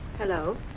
Hello